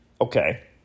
Okay